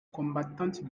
combattantes